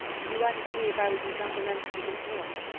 you asked me if i was in count olenski's employ.